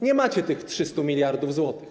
Nie macie tych 300 mld zł.